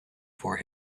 for